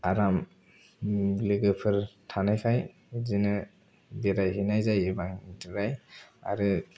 आराम लोगोफोर थानायखाय बिदिनो बेराय हैनाय जायो आरो